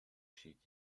schied